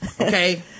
okay